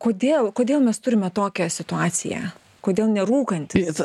kodėl kodėl mes turime tokią situaciją kodėl nerūkantys